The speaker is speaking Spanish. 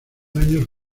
años